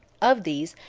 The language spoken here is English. of these,